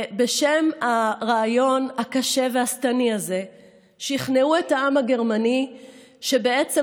בשם הרעיון הקשה והשטני הזה שכנעו את העם הגרמני שבעצם